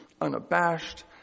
unabashed